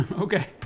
Okay